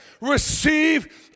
receive